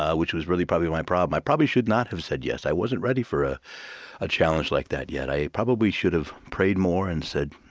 which was really, probably, my problem. i probably should not have said yes. i wasn't ready for a challenge like that yet. i probably should have prayed more and said,